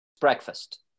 breakfast